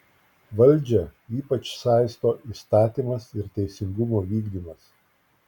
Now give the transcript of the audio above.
valdžią ypač saisto įstatymas ir teisingumo vykdymas